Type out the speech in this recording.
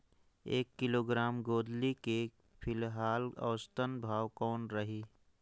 एक किलोग्राम गोंदली के फिलहाल औसतन भाव कौन रही?